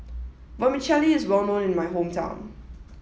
Vermicelli is well known in my hometown